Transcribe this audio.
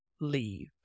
leave